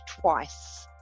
twice